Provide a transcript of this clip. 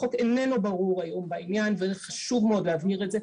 החוק איננו ברור היום בעניין וזה חשוב מאוד להבהיר את זה,